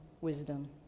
wisdom